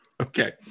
Okay